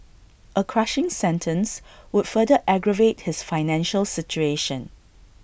A crushing sentence would further aggravate his financial situation